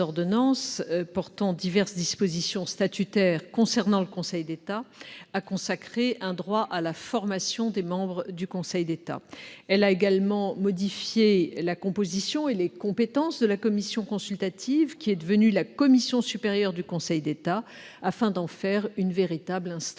porte diverses dispositions statutaires concernant le Conseil d'État, a consacré un droit à la formation de ses membres et a également modifié la composition et les compétences de la commission consultative, devenue la commission supérieure du Conseil d'État, afin d'en faire une véritable instance